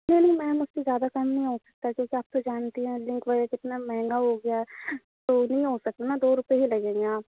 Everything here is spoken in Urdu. نہیں نہیں میم اس سے زیادہ کم نہیں ہو سکتا کیوںکہ آپ تو جانتی ہیں لنک وغیرہ کتنا مہنگا ہو گیا ہے تو نہیں ہو سکتا نا دو روپے ہی لگیں گے آپ